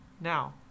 now